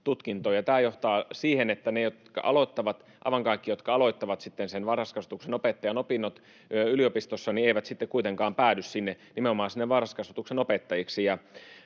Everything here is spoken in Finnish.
Tämä johtaa siihen, että aivan kaikki, jotka aloittavat ne varhaiskasvatuksen opettajan opinnot yliopistossa, eivät sitten kuitenkaan päädy varhaiskasvatuksen opettajiksi.